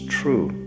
true